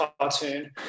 cartoon